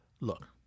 look